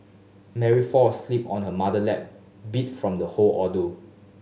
Mary fall asleep on her mother lap beat from the whole ordeal